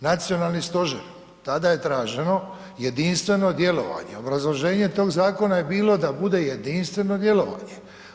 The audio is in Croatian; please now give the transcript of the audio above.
Nacionalni stožer, tada je traženo jedinstveno djelovanje, obrazloženje tog zakona je bilo da bude jedinstveno djelovanje.